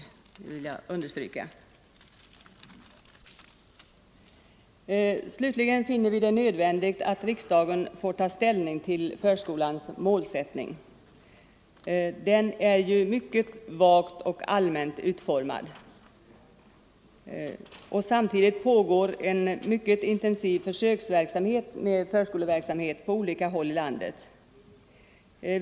Det vill jag understryka. Slutligen finner vi det nödvändigt att riksdagen får ta ställning till förskolans målsättning. Den är ju vagt och allmänt utformad. Samtidigt pågår en mycket intensiv försöksverksamhet med förskoleverksamhet på olika håll i landet.